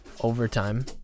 overtime